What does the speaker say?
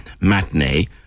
matinee